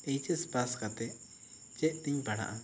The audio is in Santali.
ᱮᱭᱤᱪ ᱮᱥ ᱯᱟᱥ ᱠᱟᱛᱮ ᱪᱮᱫ ᱛᱮᱧ ᱯᱟᱲᱦᱟᱜᱼᱟ